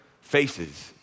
faces